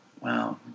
Wow